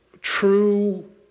true